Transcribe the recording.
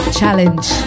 challenge